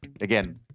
again